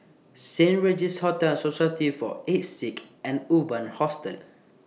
Saint Regis Hotel Society For Aged Sick and Urban Hostel